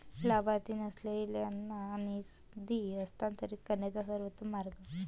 लाभार्थी नसलेल्यांना निधी हस्तांतरित करण्याचा सर्वोत्तम मार्ग